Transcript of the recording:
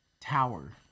tower